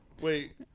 wait